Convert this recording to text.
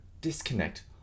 disconnect